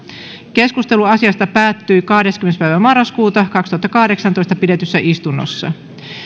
keskustelu asiasta päättyi kahdeskymmenes yhdettätoista kaksituhattakahdeksantoista pidetyssä istunnossa